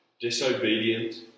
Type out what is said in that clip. disobedient